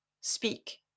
speak